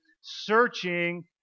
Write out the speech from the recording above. searching